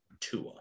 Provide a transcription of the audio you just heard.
Tua